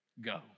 Go